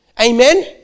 amen